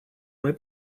mai